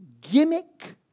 gimmick